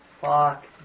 fuck